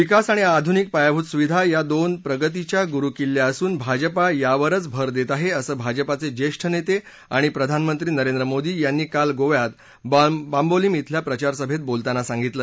विकास आणि आधुनिक पायाभूत सुविधा या दोन प्रगतीच्या गुरु किल्ल्या असून भाजपा यावरच भर देत आहे असं भाजपाचे ज्येष्ठ नेते आणि प्रधानमंत्री नरेंद्र मोदी यांनी काल गोव्यात बांबोलीम धिल्या प्रचार सभेत बोलताना सांगितलं